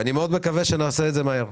ואני מאוד מקווה שנעשה את זה מהר.